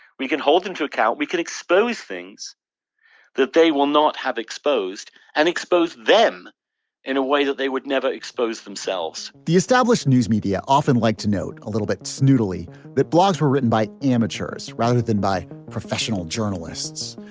we can hold them to account we can expose things that they will not have exposed and expose them in a way that they would never expose themselves the established news media often like to note a little bit so neutrally that blogs were written by amateurs rather than by professional journalists.